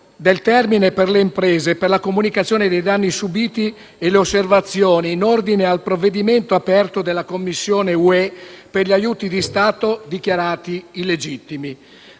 del termine per le imprese per la comunicazione dei danni subiti e le osservazioni, in ordine al provvedimento aperto dalla Commissione dell'Unione europea per gli aiuti di Stato dichiarati illegittimi.